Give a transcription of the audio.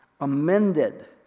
amended